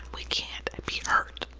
we can't be hurt,